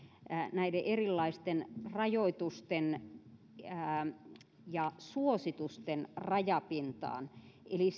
näiden erilaisten rajoitusten ja suositusten rajapintaan eli